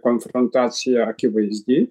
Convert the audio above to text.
konfrontacija akivaizdi